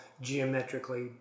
geometrically